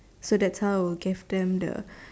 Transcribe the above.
so that's how we gave them the